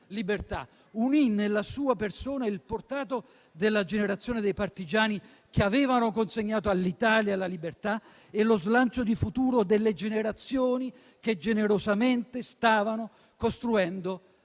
unì nella sua persona il portato della generazione dei partigiani che avevano consegnato all'Italia la libertà e lo slancio di futuro delle generazioni che generosamente stavano costruendo